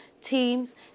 teams